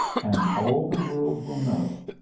and all the world will know.